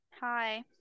Hi